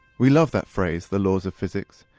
we love that phrase, the laws of physics.